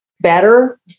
better